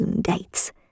dates